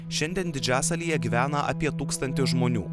šiandien didžiasalyje gyvena apie tūkstantis žmonių